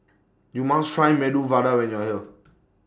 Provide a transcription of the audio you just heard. YOU must Try Medu Vada when YOU Are here